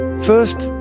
first,